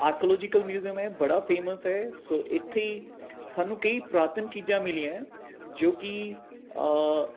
archaeological museum ਹੈ ਬੜਾ famous ਹੈ ਸੋ ਇੱਥੇ ਹੀ ਸਾਨੂੰ ਕਈ ਪੁਰਾਤਨ ਚੀਜ਼ਾਂ ਮਿਲੀਆਂ ਹੈ ਜੋ ਕਿ